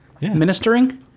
ministering